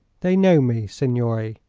they know me, signore,